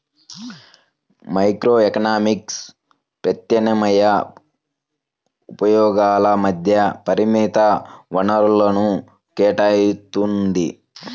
microeconomics ప్రత్యామ్నాయ ఉపయోగాల మధ్య పరిమిత వనరులను కేటాయిత్తుంది